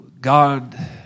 God